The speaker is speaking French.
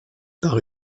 par